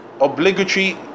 obligatory